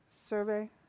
survey